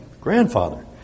grandfather